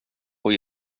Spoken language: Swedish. och